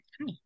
Hi